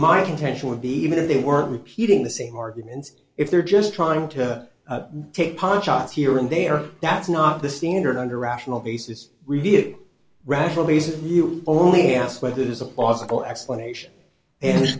my contention would be even if they weren't repeating the same arguments if they're just trying to take pot shots here and there that's not the standard under rational basis review a rational basis you only ask whether there's a plausible explanation and